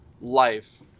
life